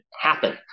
happen